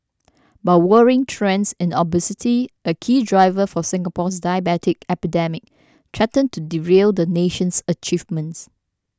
but worrying trends in obesity a key driver for Singapore's diabetes epidemic threaten to derail the nation's achievements